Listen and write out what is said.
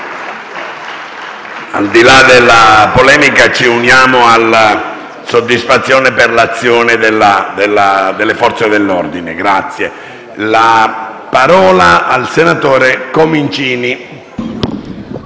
Al di là della polemica, ci uniamo alla soddisfazione per l'azione delle Forze dell'ordine. È iscritto a parlare il senatore Comincini.